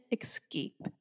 escape